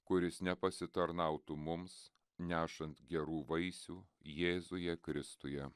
kuris nepasitarnautų mums nešant gerų vaisių jėzuje kristuje